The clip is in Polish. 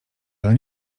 ale